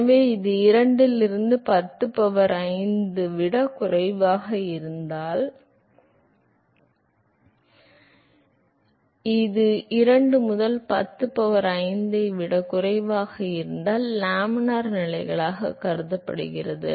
எனவே இது 2 இலிருந்து 10 பவர் 5 ஐ விட குறைவாக இருந்தால் இது 2 முதல் 10 பவர் 5 ஐ விட குறைவாக இருந்தால் இது லேமினார் நிலைகளாக கருதப்படுகிறது